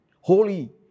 holy